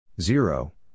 Zero